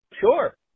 Sure